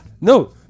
no